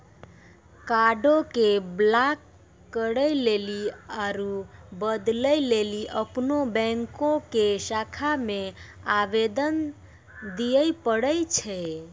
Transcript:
कार्डो के ब्लाक करे लेली आरु बदलै लेली अपनो बैंको के शाखा मे आवेदन दिये पड़ै छै